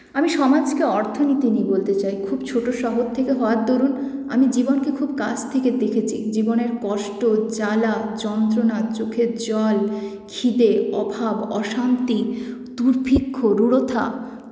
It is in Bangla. আমি সমাজকে অর্থনীতি নিয়ে বলতে চাই খুব ছোটো শহর থেকে হওয়ার দরুন আমি জীবনকে খুব কাছ থেকে দেখেছি জীবনের কষ্ট জ্বালা যন্ত্রণা চোখের জল ক্ষিদে অভাব অশান্তি দুর্ভিক্ষ রূঢ়তা